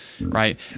right